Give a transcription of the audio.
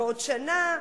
בעוד שנה.